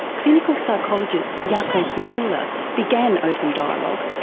clinical psychologist jaakko seikkula began open dialogue,